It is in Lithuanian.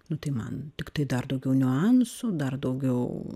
nu tai man tiktai dar daugiau niuansų dar daugiau